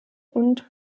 und